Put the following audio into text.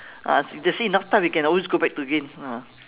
just see enough time we can always go back to again ah